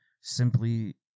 simply